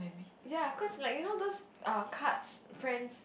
ya cause like you know those err cards friends